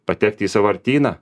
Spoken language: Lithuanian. patekti į sąvartyną